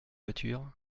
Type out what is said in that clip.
voiture